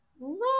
No